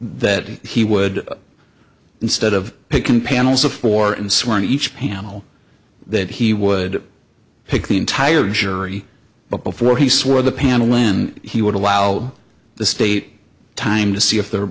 that he would instead of picking panels of four and sworn each panel that he would pick the entire jury but before he swore the panel when he would allow the state time to see if the